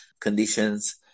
conditions